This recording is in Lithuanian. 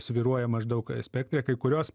svyruoja maždaug spektre kai kurios